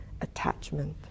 attachment